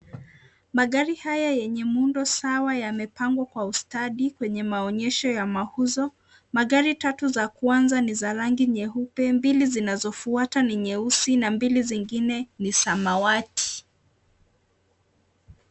Magari haya yenye muundo sawa yamepangwa kwenye ustadi kwenye maonyesho ya mauzo. Magari tatu za kwanza ni ya rangi nyeupe mbili zinazofuata ni nyeusi na mbili zingine ni samawati.